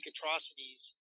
atrocities